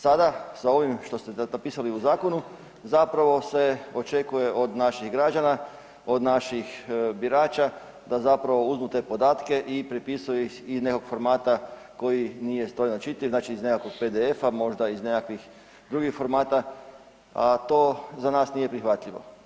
Sada sa ovim što ste napisali u zakonu zapravo se očekuje od naših građana, od naših birača da zapravo uzmu te podatke i prepisuju ih iz nekog formata koji nije … čitljiv znači iz nekakvog PDF-a, možda iz nekakvih drugih formata, a to za nas nije prihvatljivo.